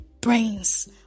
brains